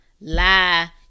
lie